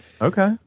Okay